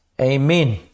Amen